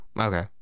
Okay